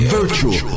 Virtual